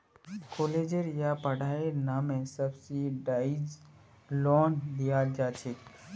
कालेजेर या पढ़ाईर नामे सब्सिडाइज्ड लोन दियाल जा छेक